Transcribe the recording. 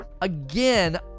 Again